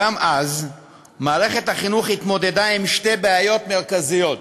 גם אז מערכת החינוך התמודדה עם שתי בעיות מרכזיות: